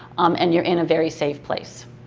and you're in a very safe place.